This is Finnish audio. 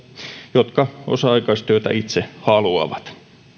jotka osa aikaistyötä itse haluavat